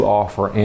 offer